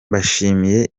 mbashimiye